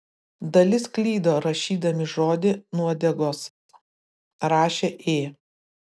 dalis klydo rašydami žodį nuodegos rašė ė